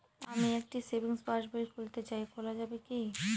আমি একটি সেভিংস পাসবই খুলতে চাই খোলা যাবে কি?